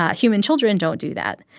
ah human children don't do that.